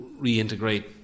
reintegrate